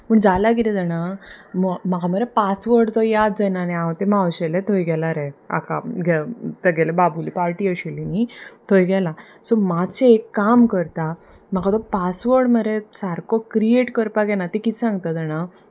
पूण जालां कितें जाणा म्हाका मरे पासवर्ड तो याद जायना आनी हांव ते मावशेलें थंय गेला रे आ तेगेले बाबुली पार्टी आशिल्ली न्ही थंय गेलां सो मात्शें एक काम करता म्हाका तो पासवर्ड मरे सारको क्रियएट करपाक येना ते कितें सांगता जाणा